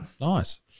Nice